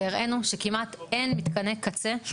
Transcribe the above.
והראנו שכמעט אין מתקני קצה לטיפול בפסולת --- שבעצם,